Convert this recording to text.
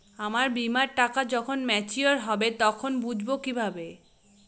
আমার বীমার টাকা যখন মেচিওড হবে তখন বুঝবো কিভাবে?